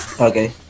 Okay